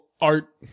Art